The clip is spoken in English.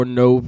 no